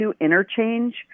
interchange